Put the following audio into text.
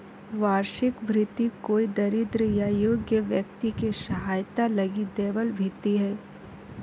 वार्षिक भृति कोई दरिद्र या योग्य व्यक्ति के सहायता लगी दैबल भित्ती हइ